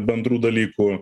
bendrų dalykų